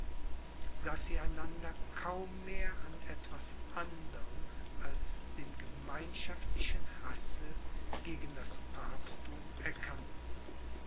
daß sie einander kaum mehr an etwas anderm als dem gemeinschaftlichen hasse gegen das papstthum erkannten